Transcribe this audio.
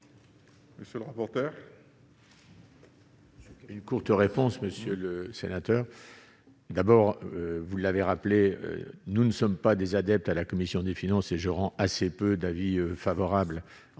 beaucoup d'autres. Une courte réponse Monsieur le Sénateur, d'abord, vous l'avez rappelé : nous ne sommes pas des adeptes à la commission des finances et rends assez peu d'avis favorables, alors